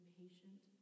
patient